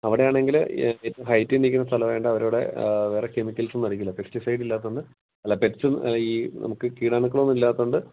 അവിടെ ആണെങ്കിൽ ഏറ്റവും ഹൈറ്റിൽ നിൽക്കുന്ന സ്ഥലം ആയത്കൊണ്ട് അവർ ഇവിടെ വേറെ കെമിക്കൽസ് ഒന്നും അടിക്കില്ല പെസ്റ്റിസൈഡ് ഇല്ലാത്തത്കൊണ്ട് അല്ല പെറ്റ്സും ഈ നമുക്ക് ഈ കീടാണുക്കളും ഇല്ലാത്തത് കൊണ്ട്